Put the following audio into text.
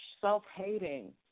self-hating